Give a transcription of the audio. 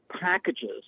packages